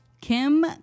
Kim